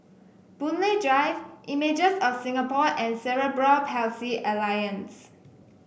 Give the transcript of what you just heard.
Boon Lay Drive Images of Singapore and Cerebral Palsy Alliance